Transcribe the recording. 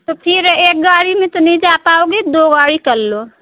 तो फिर एक गाड़ी में तो नहीं जा पाओगे दो गाड़ी कर लो